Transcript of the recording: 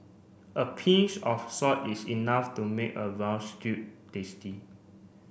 a pinch of salt is enough to make a stew tasty